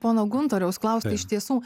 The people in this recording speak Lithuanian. pono guntoriaus klaust iš tiesų